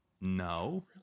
no